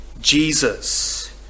Jesus